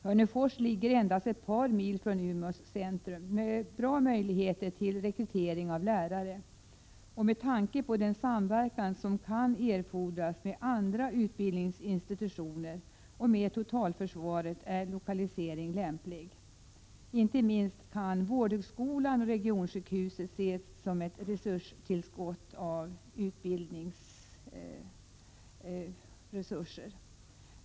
Hörnefors ligger endast ett par mil från Umeås centrum med bra möjligheter till rekrytering av lärare. Med tanke på den samverkan som kan erfordras med andra utbildningsinstitutioner och med totalförsvaret är lokaliseringen lämplig. Inte minst kan vårdhögskolan och regionsjukhuset ge ett tillskott av utbildningsresurser.